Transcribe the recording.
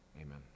Amen